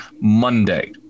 Monday